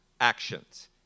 actions